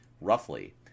roughly